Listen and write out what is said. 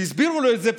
כשהסבירו לו את זה,